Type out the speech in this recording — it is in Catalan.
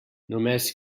només